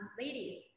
Ladies